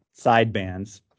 sidebands